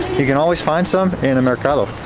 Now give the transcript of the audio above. you can always find some in a mercado.